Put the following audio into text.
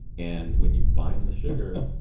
and when you bind the sugar,